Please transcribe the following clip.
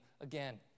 again